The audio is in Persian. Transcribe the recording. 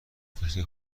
فکر